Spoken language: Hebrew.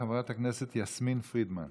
חברת הכנסת יסמין פרידמן,